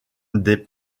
des